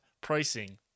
pricing